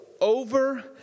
over